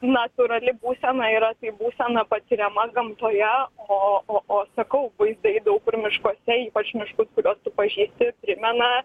natūrali būsena yra tai būsena patiriama gamtoje o o o sakau vaizdai daug kur miškuose ypač miškus kuriuos pažįsti primena